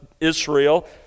Israel